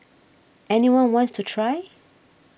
any one wants to try